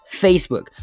Facebook